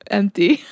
empty